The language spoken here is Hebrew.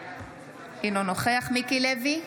אינו נוכח מיקי לוי,